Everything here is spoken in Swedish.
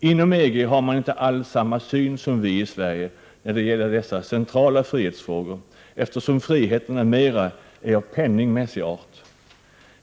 Inom EG har man inte alls samma syn som vi i Sverige när det gäller dessa centrala frihetsfrågor, eftersom friheterna mera är av penningmässig art.